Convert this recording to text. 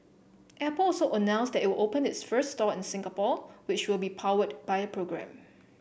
Apple also announced that it will open its first store in Singapore which will be powered by the program